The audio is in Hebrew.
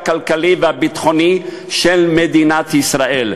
הכלכלי והביטחוני של מדינת ישראל.